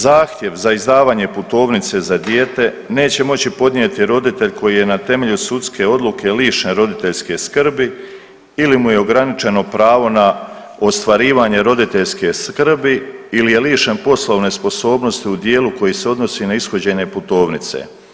Zahtjev za izdavanje putovnice za dijete neće moći podnijeti roditelj koji je na temelju sudske odluke lišen roditeljske skrbi ili mu je ograničeno pravo na ostvarivanje roditeljske skrbi ili je lišen poslovne sposobnosti u dijelu koji se odnosi na ishođenje putovnice.